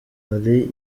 hari